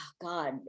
God